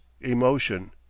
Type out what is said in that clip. emotion